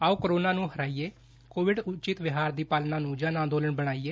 ਆਓ ਕੋਰੋਨਾ ਨੂੰ ਹਰਾਈਏਂ ਕੋਵਿਡ ਉਚਿੱਤ ਵਿਵਹਾਰ ਦੀ ਪਾਲਣਾ ਨੁੰ ਜਨ ਅੰਦੋਲਨ ਬਣਾਈਏ